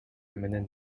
менен